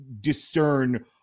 discern